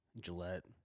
Gillette